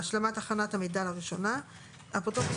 (השלמת הכנת המידע לראשונה); (2)אפוטרופוס